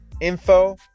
info